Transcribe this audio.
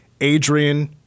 Adrian